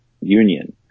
union